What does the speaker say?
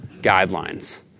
guidelines